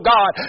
God